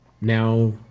Now